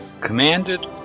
commanded